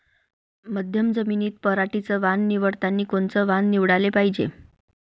मध्यम जमीनीत पराटीचं वान निवडतानी कोनचं वान निवडाले पायजे?